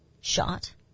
shot